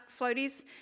floaties